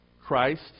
Christ